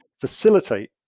facilitate